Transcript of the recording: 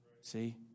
See